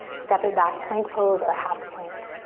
step it back, plank pose or half plank.